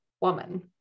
woman